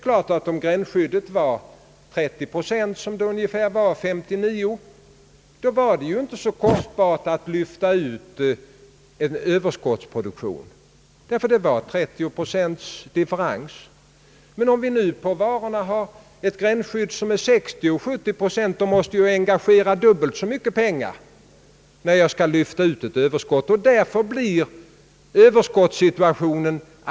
När gränsskyddet var 30 procent — vilket ungefär var fallet 1959 — var det inte så dyrt att lyfta ut en överskottsproduktion, ty differensen var bara 30 procent. Men om vi nu har ett gränsskydd av 60—70 procent på varorna, då måste vi engagera dubbelt så mycket pengar när vi skall lyfta ut ett överskott.